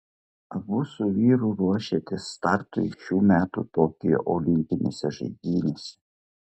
abu su vyru ruošėtės startui šių metų tokijo olimpinėse žaidynėse